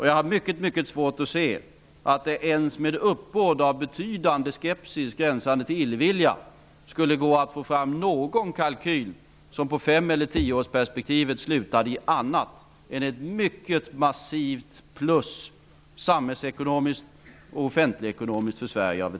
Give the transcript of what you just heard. Jag har mycket svårt att se att det ens med uppbåd av betydande skepsis, gränsande till illvilja, skulle gå att få fram någon kalkyl av ett medlemskap som med fem eller tioårsperspektivet slutade i något annat än ett mycket massivt plus för Sverige samhällsekonomiskt och offentligekonomiskt.